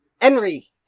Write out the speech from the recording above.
Henry